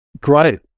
great